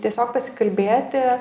tiesiog pasikalbėti